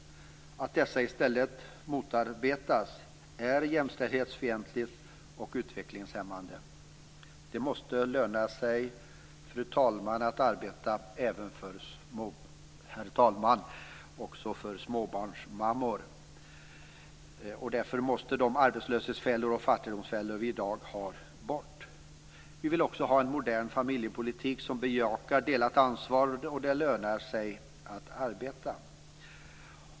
Att dessa i stället motarbetas är jämställdhetsfientligt och utvecklingshämmande. Det måste, herr talman, löna sig att arbeta även för småbarnsmammor. Därför måste de arbetslöshetsfällor och fattigdomsfällor vi i dag har bort. Vi vill också ha en modern familjepolitik som bejakar delat ansvar och som gör att det lönar sig att arbeta.